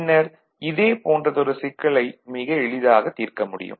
பின்னர் இதே போன்றதொரு சிக்கலை மிக எளிதாக தீர்க்க முடியும்